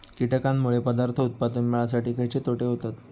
कीटकांनमुळे पदार्थ उत्पादन मिळासाठी खयचे तोटे होतत?